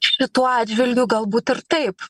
šituo atžvilgiu galbūt ir taip